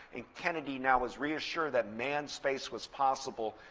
and kennedy now is reassured that manned space was possible.